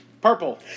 Purple